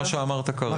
מה שאמרת כרגע.